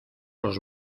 los